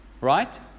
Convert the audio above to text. right